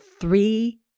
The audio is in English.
three